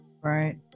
Right